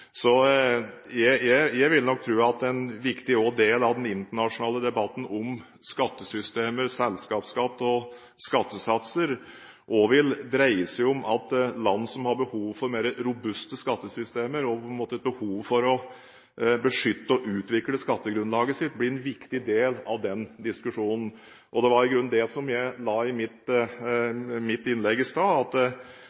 Jeg tror nok at en viktig del av den internasjonale debatten om skattesystemer, selskapsskatt og skattesatser også vil dreie seg om at land som har behov for mer robuste skattesystemer og behov for å beskytte og utvikle skattegrunnlaget sitt, blir en viktig del av den diskusjonen. Det var i grunnen det jeg la i mitt